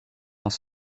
dans